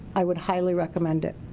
i would highly recommend it.